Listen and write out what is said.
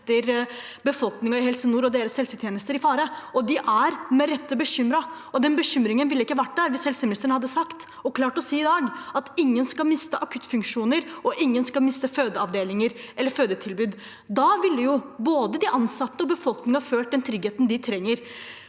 befolkningen i Helse nord og deres helsetjenester i fare, og de er med rette bekymret. Den bekymringen ville ikke vært der hvis helseministeren hadde sagt – og klart å si i dag – at ingen skal miste akuttfunksjoner, og at ingen skal miste fødeavdelinger eller fødetilbud. Da ville både de ansatte og befolkningen følt den tryggheten de trenger.